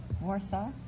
Warsaw